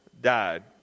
died